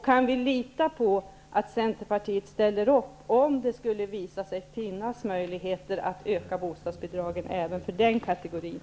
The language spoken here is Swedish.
Kan vi lita på att Centern ställer upp, om det skulle visa sig finnas möjligheter till att öka bostadsbidragen även för den kategorin?